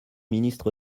ministre